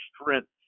strength